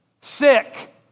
sick